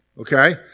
okay